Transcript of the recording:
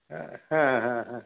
हां हां हां हां